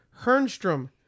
Hernstrom